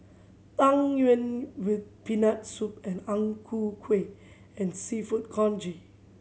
Tang Yuen with Peanut Soup and Ang Ku Kueh and Seafood Congee